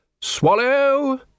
Swallow